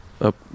up